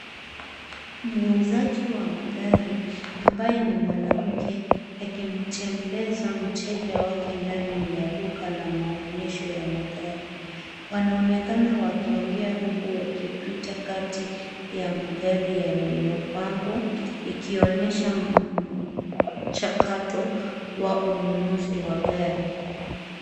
Muuzaji wa magari ambaye ni mwanamke akimtembeza mteja wake ndani ya duka la maonyesho ya magari. Wanaonekana wakiongea huku wakipita kati ya magari yaliyopangwa; ikionyesha mchakato wa ununuzi wa gari.